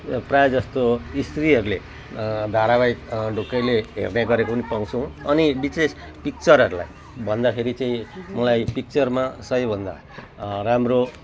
प्रायःजस्तो स्त्रीहरूले धारावाहिक ढुक्कैले हेर्ने गरेको पनि पाउँछौँ अनि विशेष पिक्चरहरूलाई भन्दाखेरि चाहिँ मलाई पिक्चरमा सबैभन्दा राम्रो